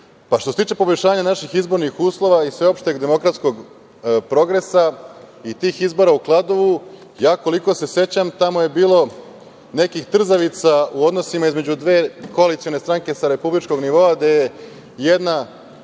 se tiče poboljšanja naših izbornih uslova i sveopšteg demokratskog progresa i tih izbora u Kladovu, ja koliko se sećam tamo je bilo nekih trzavica u odnosima između dve koalicione stranke sa republičkog nivoa gde je jedna